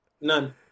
None